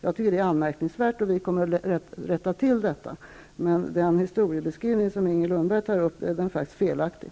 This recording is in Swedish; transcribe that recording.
Jag tycker att det är anmärknings värt, och vi kommer att rätta till detta. Den historieskrivning som Inger Lundberg gör är faktiskt felaktig.